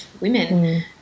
women